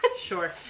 Sure